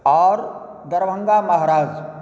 आओर दरभङ्गा महाराज